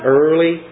early